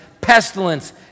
pestilence